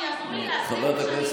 שיעזרו לי להשיג מה שאני חייבת.